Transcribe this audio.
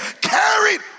carried